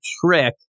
trick